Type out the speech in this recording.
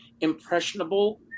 impressionable